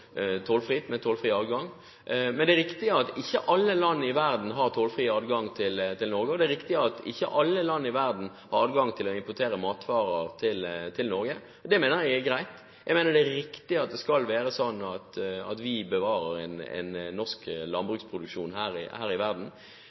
tollfritt, men det er riktig at ikke alle land i verden har tollfri adgang til Norge, og det er riktig at ikke alle land i verden har adgang til å importere matvarer til Norge. Det mener jeg er greit, jeg mener det er riktig at vi bevarer en norsk landbruksproduksjon.